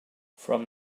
from